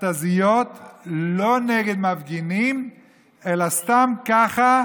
מכת"זיות לא נגד מפגינים אלא סתם כך,